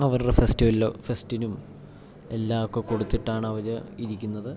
അവരുടെ ഫെസ്റ്റിവലിലോ ഫെസ്റ്റിനും എല്ലാ ഒക്കെ കൊടുത്തിട്ടാണവര് ഇരിക്കുന്നത്